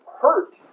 hurt